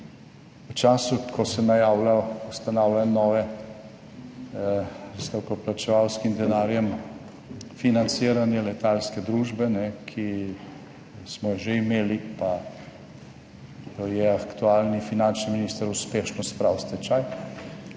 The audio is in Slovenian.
v času, ko se najavlja ustanavljanje nove z davkoplačevalskim denarjem financiranje letalske družbe, ki smo jo že imeli, pa jo je aktualni finančni minister uspešno spravil stečaj,